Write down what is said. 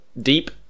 deep